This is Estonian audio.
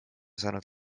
saanud